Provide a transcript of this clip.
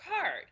card